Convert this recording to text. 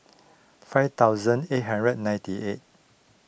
five thousand eight hundred ninety eight